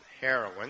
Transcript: heroin